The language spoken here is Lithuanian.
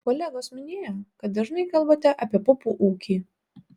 kolegos minėjo kad dažnai kalbate apie pupų ūkį